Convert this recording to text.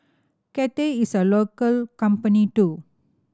Cathay is a local company too